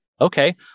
Okay